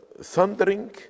thundering